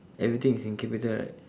everything is in capital right